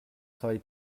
travail